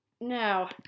Now